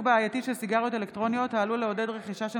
בעייתי של סיגריות אלקטרוניות העלול לעודד רכישה של